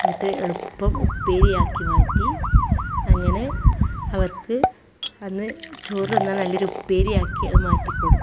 എന്നിട്ട് എളുപ്പം ഉപ്പേരിയാക്കി മാറ്റി അങ്ങനെ അവർക്ക് അന്ന് ചോറ് തിന്നാൻ നല്ലൊരു ഉപ്പേരിയാക്കി അത് മാറ്റിക്കൊടുത്തു